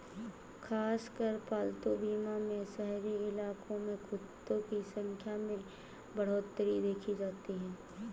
खासकर पालतू बीमा में शहरी इलाकों में कुत्तों की संख्या में बढ़ोत्तरी देखी जाती है